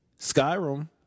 skyrim